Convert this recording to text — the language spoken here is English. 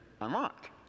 unlocked